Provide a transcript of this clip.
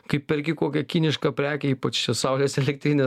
kai perki kokią kinišką prekę ypač čia saulės elektrinę